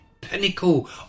pinnacle